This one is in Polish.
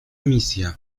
misja